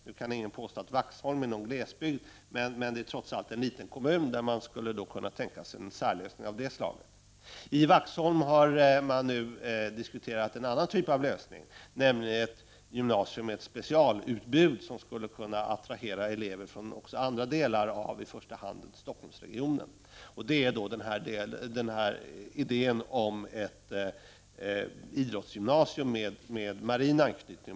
Nu kan ingen påstå att Vaxholm är någon glesbygd, men det är trots allt en liten kommun, där man skulle kunna tänka sig en lösning av det här slaget. I Vaxholm har man nu diskuterat en annan typ av lösning, nämligen ett gymnasium med ett specialutbud, som skulle kunna attrahera elever också från andra delar av i första hand Stockholmsregionen, nämligen idén om ett idrottsgymnasium med marin anknytning.